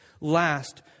last